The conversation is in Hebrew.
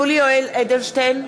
(קוראת בשמות חברי הכנסת) יולי יואל אדלשטיין,